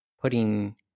putting